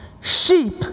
Sheep